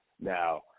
Now